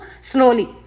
slowly